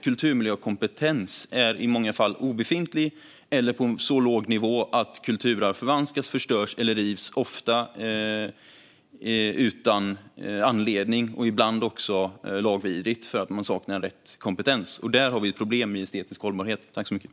Kulturmiljökompetensen är i många fall obefintlig eller på så låg nivå att kulturarv förvanskas, förstörs eller rivs, ofta utan anledning och ibland också lagvidrigt. I dessa kommuner skulle jag vilja hävda att vi har ett problem när det gäller estetisk hållbarhet.